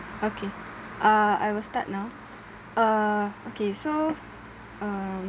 okay uh I will start now uh okay so um